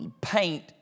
paint